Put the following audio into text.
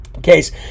Case